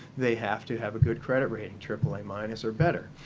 they have to have a good credit rating, aaa minus or better.